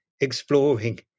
exploring